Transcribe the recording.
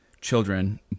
children